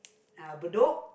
uh Bedok